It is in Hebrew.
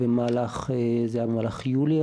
זה היה במהלך יולי,